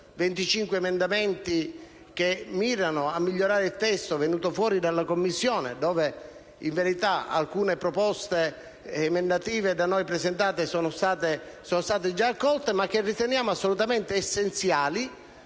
di oggi, che mirano a migliorare il testo emerso dalla Commissione, dove in verità alcune proposte emendative da noi presentate sono già state accolte. Le riteniamo assolutamente essenziali,